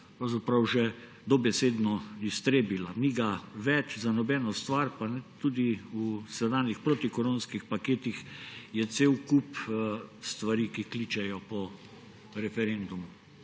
pravzaprav že dobesedno iztrebila. Ni ga več za nobeno stvar. Tudi v sedanjih protikoronskih paketih je cel kup stvari, ki kličejo po referendumu.